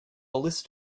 list